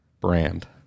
brand